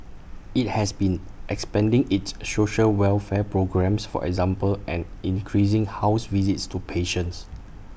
IT has been expanding its social welfare programmes for example and increasing house visits to patients